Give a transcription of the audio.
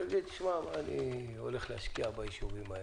לא יגיד לי: בשל מה אני הולך להשקיע בישובים האלה?